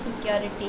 security